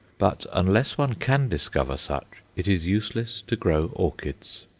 but unless one can discover such, it is useless to grow orchids.